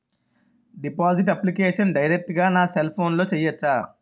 Deposit application direct గా నా cell ఫోన్లో చెయ్యచా?